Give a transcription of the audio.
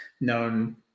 known